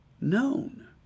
known